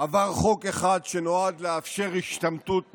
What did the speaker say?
עבר חוק אחד שנועד לאפשר השתמטות משירות,